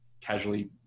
casually